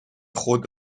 خود